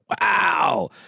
Wow